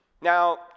Now